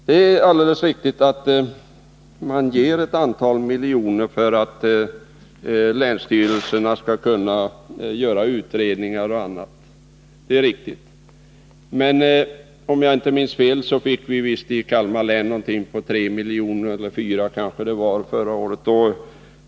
Det är alldeles riktigt att man ställer ett antal miljoner till förfogande för att länsstyrelserna skall kunna göra utredningar och annat. Men om jag inte minns fel fick vi i Kalmar län 3 eller 4 miljoner förra året.